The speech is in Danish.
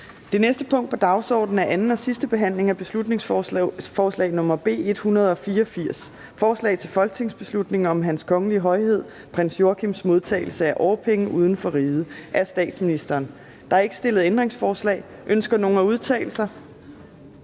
Det næste punkt på dagsordenen er: 19) 2. (sidste) behandling af beslutningsforslag nr. B 184: Forslag til folketingsbeslutning om Hans Kongelige Højhed Prins Joachims modtagelse af årpenge uden for riget. Af statsministeren (Mette Frederiksen). (Fremsættelse